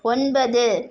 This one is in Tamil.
ஒன்பது